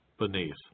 Beneath